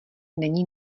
není